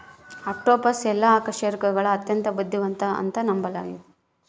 octopus ಎಲ್ಲಾ ಅಕಶೇರುಕಗುಳಗ ಅತ್ಯಂತ ಬುದ್ಧಿವಂತ ಅಂತ ನಂಬಲಾಗಿತೆ